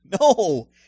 No